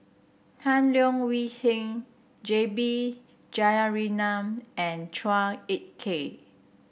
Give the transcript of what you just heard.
Tan Leo Wee Hin J B Jeyaretnam and Chua Ek Kay